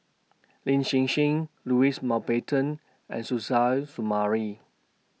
Lin Hsin Hsin Louis Mountbatten and Suzairhe Sumari